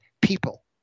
people